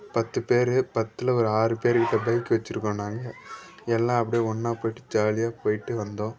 பத்து பேர் பத்தில் ஒரு ஆறு பேருக்கிட்ட பைக் வச்சிருக்கோம் நாங்கள் எல்லாம் அப்படியே ஒன்றாப் போயிட்டு ஜாலியாக போயிட்டு வந்தோம்